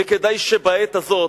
וכדאי שבעת הזאת,